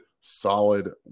solid